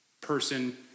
person